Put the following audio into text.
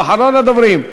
הוא אחרון הדוברים.